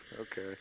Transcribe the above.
Okay